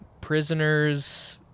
Prisoners